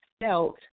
felt